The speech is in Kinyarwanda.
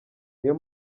niyo